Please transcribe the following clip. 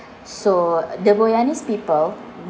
so the boyanese people